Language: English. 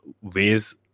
ways